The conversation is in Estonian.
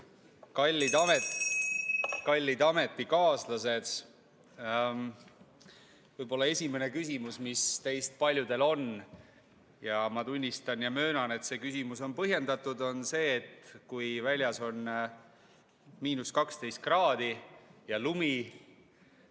Kallid ametikaaslased! Võib-olla esimene küsimus, mis teist paljudel on – ja ma tunnistan, et see küsimus on põhjendatud –, on see, et kui väljas on –12 kraadi ja lumi,